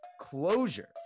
closure